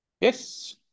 Yes